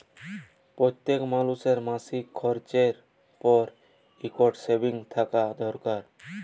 প্যইত্তেক মালুসের মাসিক খরচের পর ইকট সেভিংস থ্যাকা দরকার